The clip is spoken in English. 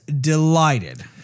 delighted